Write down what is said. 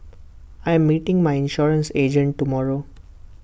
I am meeting my insurance agent tomorrow